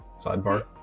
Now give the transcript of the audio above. sidebar